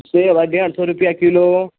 सेब है डेढ़ सौ रुपये किलो